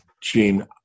Gene